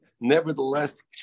Nevertheless